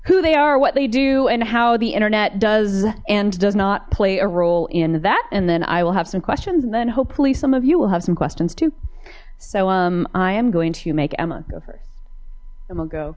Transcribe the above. who they are what they do and how the internet does and does not play a role in that and then i will have some questions and then hopefully some of you will have some questions too so um i am going to make emma